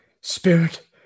Spirit